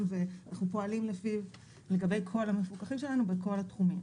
ואנחנו פועלים על פיו לגבי כל המפוקחים שלנו בכל התחומים.